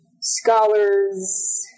scholars